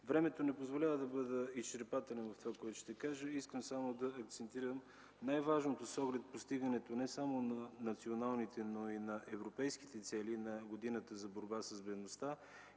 Времето не позволява да бъда изчерпателен. Искам само да акцентирам, че най-важното с оглед постигане не само на националните, но и на европейските цели на Годината за борба с бедността